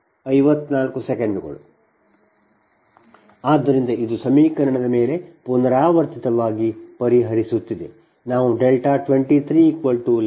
ಆದ್ದರಿಂದ ಇದು ಸಮೀಕರಣದ ಮೇಲೆ ಪುನರಾವರ್ತಿತವಾಗಿ ಪರಿಹರಿಸುತ್ತಿದೆ ನಾವು 2311